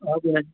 हजुर हजुर